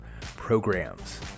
programs